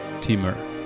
Timur